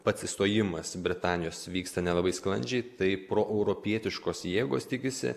pats išstojimas britanijos vyksta nelabai sklandžiai tai proeuropietiškos jėgos tikisi